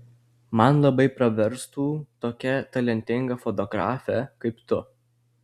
man labai praverstų tokia talentinga fotografė kaip tu